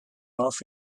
off